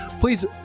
please